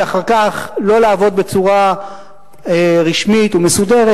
ואחר כך לא לעבוד בצורה רשמית ומסודרת,